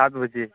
ଆଠ୍ ବଜେ